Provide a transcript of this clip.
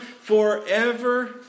forever